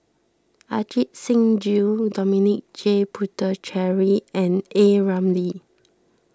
Ajit Singh Gill Dominic J Puthucheary and A Ramli